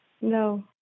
No